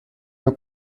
nur